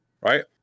right